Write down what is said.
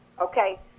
Okay